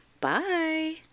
Bye